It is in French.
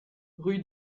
rue